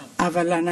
אבל,